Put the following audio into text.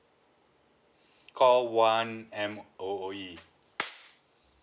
call one M_O_E